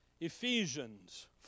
Ephesians